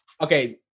okay